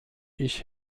ich